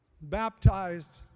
baptized